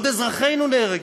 בעוד אזרחינו נהרגים,